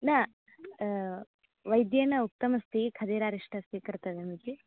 न वैद्येन उक्तमस्ति खधिरारिष्ट स्वीकर्तव्यम् इति